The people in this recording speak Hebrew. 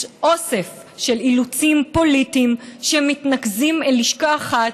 יש אוסף של אילוצים פוליטיים שמתנקזים אל לשכה אחת,